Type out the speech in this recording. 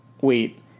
wait